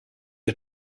was